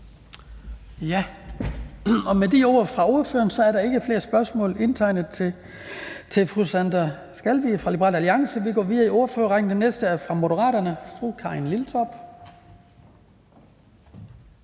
Med de ord fra ordføreren er der ikke flere spørgsmål indtegnet til fru Sandra Elisabeth Skalvig fra Liberal Alliance. Vi går videre i ordførerrækken. Den næste er fra Moderaterne. Fru Karin Liltorp.